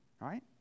right